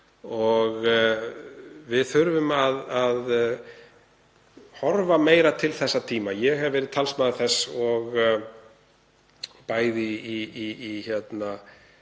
Við þurfum að horfa meira til þessa tíma, ég hef verið talsmaður þess, bæði hér